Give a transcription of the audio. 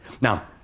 Now